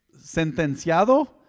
Sentenciado